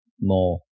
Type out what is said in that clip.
more